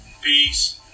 peace